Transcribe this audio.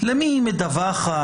למי היא מדווחת,